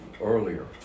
earlier